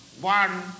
one